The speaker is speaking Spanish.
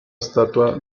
estatua